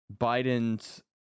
Biden's